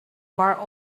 bar